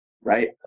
right